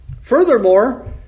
furthermore